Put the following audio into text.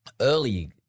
early